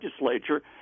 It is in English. legislature